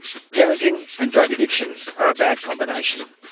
parenting and drug addiction are a bad combination.